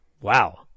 wow